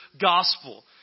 gospel